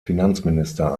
finanzminister